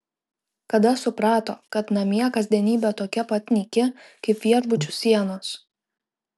kada suprato kad namie kasdienybė tokia pat nyki kaip viešbučių sienos